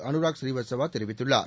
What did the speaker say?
Anurag ஸ்ரீவத்சவாதெரிவித்துள்ளார்